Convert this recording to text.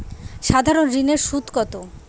সাধারণ ঋণের সুদ কত?